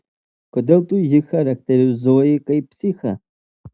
kodėl tu jį charakterizuoji kaip psichą